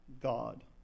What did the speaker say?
God